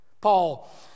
Paul